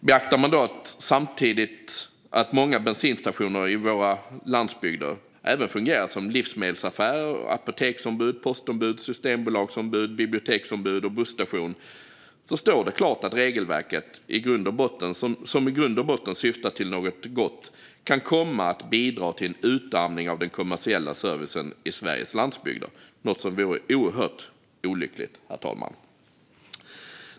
Beaktar man samtidigt att många bensinstationer i våra landsbygder även fungerar som livsmedelsaffär, apoteksombud, postombud, Systembolagsombud, biblioteksombud och busstation står det klart att regelverket, som i grund och botten syftar till något gott, kan komma att bidra till en utarmning av den kommersiella servicen i Sveriges landsbygder - något som vore oerhört olyckligt, herr talman.